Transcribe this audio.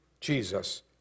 Jesus